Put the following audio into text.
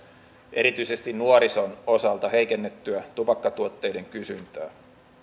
erityisesti nuorison osalta heikennettyä tupakkatuotteiden kysyntää